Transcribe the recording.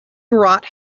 brought